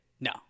no